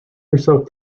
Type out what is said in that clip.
herself